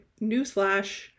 Newsflash